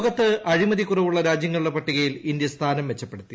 ലോകത്ത് അഴിമതി കുറവുള്ള രാജൃങ്ങളുടെ പട്ടികയിൽ ഇന്ത്യ സ്ഥാനം മെച്ചപ്പെടുത്തി